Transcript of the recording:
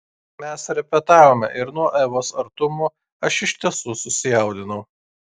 mes repetavome ir nuo evos artumo aš iš tiesų susijaudinau